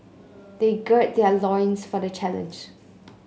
they gird their loins for the challenge